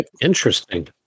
Interesting